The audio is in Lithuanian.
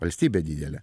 valstybė didelė